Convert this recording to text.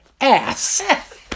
ass